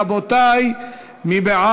קריאה ראשונה, רבותי, מי בעד?